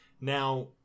now